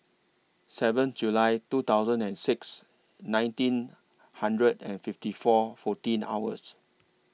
seven July two thousand and six nineteen hundred and fifty four fourteen hours